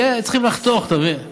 צריכים לחתוך, אתה מבין?